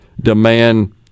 demand